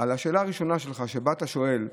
על השאלה הראשונה שלך, שבה אתה שואל: